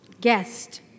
Guest